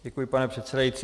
Děkuji, pane předsedající.